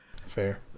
fair